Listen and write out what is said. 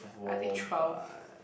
I think twelve